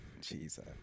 Jesus